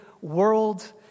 world